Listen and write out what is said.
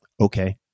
Okay